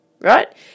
right